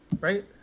right